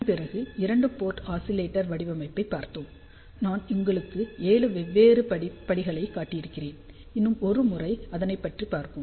இதற்குப் பிறகு இரண்டு போர்ட் ஆஸிலேட்டர் வடிவமைப்பைப் பார்த்தோம் நான் உங்களுக்கு 7 வெவ்வேறு படிகளைக் காட்டியிருக்கிறேன் இன்னும் ஒரு முறை அதனைப் பற்றி பார்ப்போம்